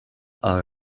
are